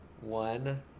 one